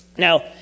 Now